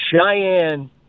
Cheyenne